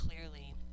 clearly